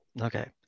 Okay